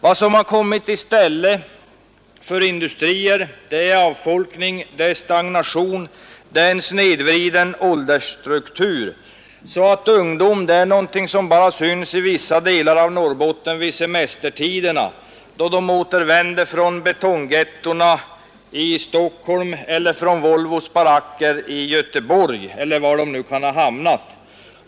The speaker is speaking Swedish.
Vad som har kommit i stället för industrier är avfolkning och stagnation, en snedvriden åldersstruktur så att ungdom är något som syns bara i vissa delar av Norrbotten vid semestertider, då ungdomarna återvänder från betonggettona i Stockholm eller från Volvos baracker i Göteborg eller var de nu har hamnat.